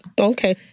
okay